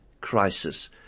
crisis